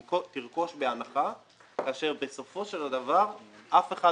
תרכוש בהנחה כאשר בסופו של הדבר אף אחד